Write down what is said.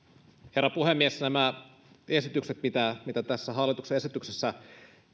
herra puhemies nämä esitykset mitä tässä hallituksen esityksessä